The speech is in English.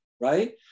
Right